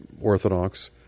Orthodox